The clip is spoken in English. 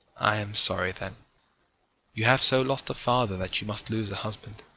i am sorry then you have so lost a father that you must lose a husband.